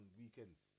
weekends